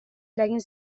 eragin